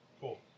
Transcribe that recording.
Cool